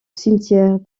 cimetière